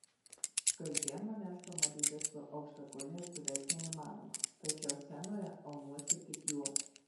kasdien manęs pamatyti su aukštakulniais beveik neįmanoma tačiau scenoje aunuosi tik juos